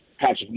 Patrick